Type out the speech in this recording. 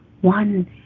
One